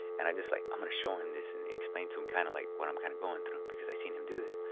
and i just like, i'm gonna show him this and explain to him, kind of like, what i'm kind of going through because i seen him do this.